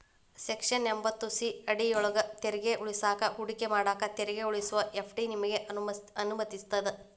section ಎಂಭತ್ತು C ಅಡಿಯೊಳ್ಗ ತೆರಿಗೆ ಉಳಿಸಾಕ ಹೂಡಿಕೆ ಮಾಡಾಕ ತೆರಿಗೆ ಉಳಿಸುವ ಎಫ್.ಡಿ ನಿಮಗೆ ಅನುಮತಿಸ್ತದ